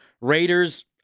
Raiders